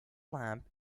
lamp